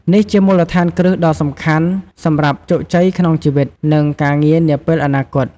នេះជាមូលដ្ឋានគ្រឹះដ៏សំខាន់សម្រាប់ជោគជ័យក្នុងជីវិត និងការងារនាពេលអនាគត។